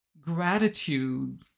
gratitude